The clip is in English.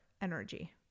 energy